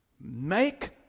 Make